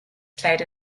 played